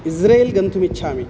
Israel गन्तुमिच्छामि